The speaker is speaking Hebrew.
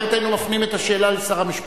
אחרת היינו מפנים את השאלה אל שר המשפטים.